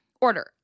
Order